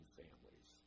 families